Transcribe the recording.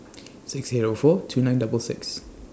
six Zero four two nine double six